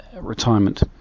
retirement